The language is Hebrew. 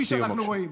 כפי שאנחנו רואים.